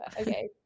okay